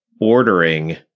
ordering